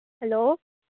hello